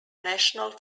national